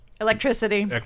Electricity